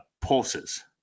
pulses